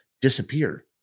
disappear